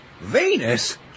Venus